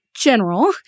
general